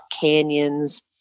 canyons